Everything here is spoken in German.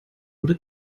wurde